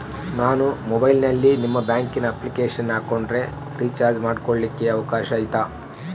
ನಾನು ಮೊಬೈಲಿನಲ್ಲಿ ನಿಮ್ಮ ಬ್ಯಾಂಕಿನ ಅಪ್ಲಿಕೇಶನ್ ಹಾಕೊಂಡ್ರೆ ರೇಚಾರ್ಜ್ ಮಾಡ್ಕೊಳಿಕ್ಕೇ ಅವಕಾಶ ಐತಾ?